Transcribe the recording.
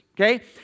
Okay